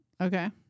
Okay